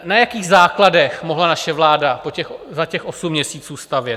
Na jakých základech mohla naše vláda za těch osm měsíců stavět?